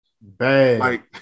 Bad